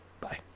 Bye